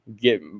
get